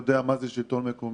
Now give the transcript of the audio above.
שיודע מה זה שלטון מקומי.